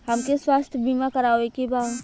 हमके स्वास्थ्य बीमा करावे के बा?